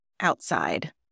outside